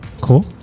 Cool